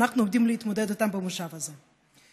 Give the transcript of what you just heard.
שאנחנו עומדים להתמודד איתן במושב הזה.